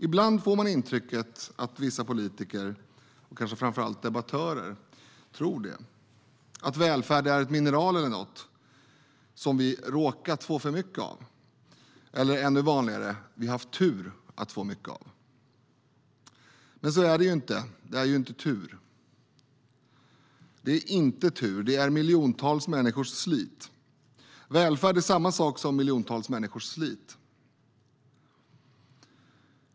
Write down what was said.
Ibland får man intrycket att vissa politiker och kanske framför allt debattörer tror det - att välfärd är ett mineral eller något som vi "råkat" få mycket av. Eller vanligare: som vi haft "tur" nog att få mycket av. Men så är det ju inte. Det är inte tur. Det är inte tur. Det är miljontals människors slit. Välfärd är samma sak som miljontals människors slit.